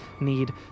need